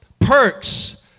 perks